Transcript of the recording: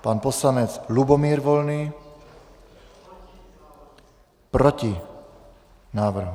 Pan poslanec Lubomír Volný: Proti návrhu.